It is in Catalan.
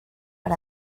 per